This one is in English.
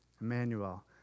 Emmanuel